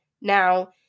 Now